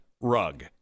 rug